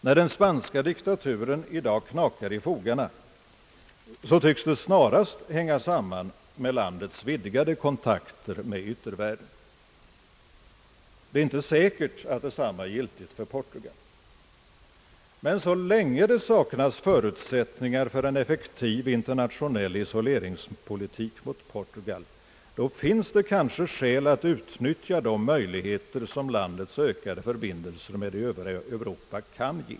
När den spanska diktaturen i dag knakar i fogarna tycks det snarast hänga samman med landets vidgade kontakter med yttervärlden. Det är inte säkert att detsamma är giltigt för Portugal. Men så länge det saknas förutsättningar för en effektiv internationell = isoleringspolitik mot Portugal, finns det kanske skäl att utnyttja de möjligheter som landets ökade förbindelser med det övriga Europa kan ge.